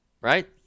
Right